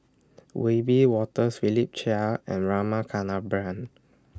Wiebe Wolters Philip Chia and Rama Kannabiran